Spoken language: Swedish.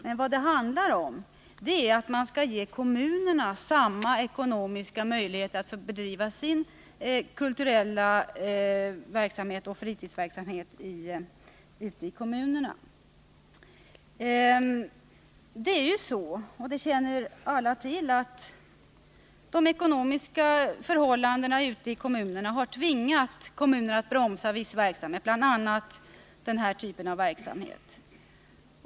Men vad det handlar om är att man skall ge kommunerna samma ekonomiska möjligheter att driva sin kulturella verksamhet och fritidsverksamhet ute i kommunerna. Som alla känner till har de ekonomiska förhållandena ute i kommunerna tvingat kommunerna att bromsa viss verksamhet, bl.a. denna typ av verksamhet.